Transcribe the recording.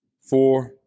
four